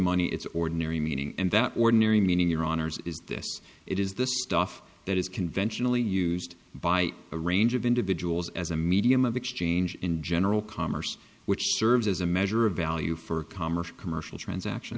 money its ordinary meaning and the ordinary meaning your honour's is this it is the stuff that is conventionally used by a range of individuals as a medium of exchange in general commerce which serves as a measure of value for commerce commercial